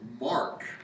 Mark